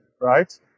Right